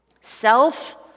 Self